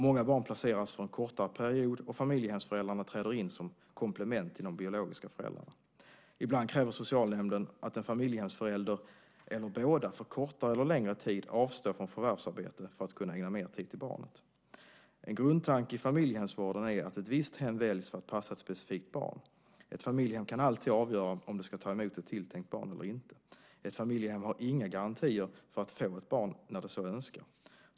Många barn placeras för en kortare period och familjehemsföräldrarna träder in som komplement till de biologiska föräldrarna. Ibland kräver socialnämnden att en familjehemsförälder eller båda för kortare eller längre tid avstår från förvärvsarbete för att kunna ägna mer tid till barnet. En grundtanke i familjehemsvården är att ett visst hem väljs för att passa ett specifikt barn. Ett familjehem kan alltid avgöra om det ska ta emot ett tilltänkt barn eller inte. Ett familjehem har inga garantier för att få ett barn när det så önskar.